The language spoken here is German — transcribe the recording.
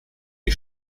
die